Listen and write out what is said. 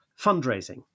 fundraising